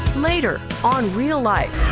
later on real life,